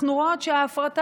אנחנו רואות שההפרטה,